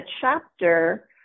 chapter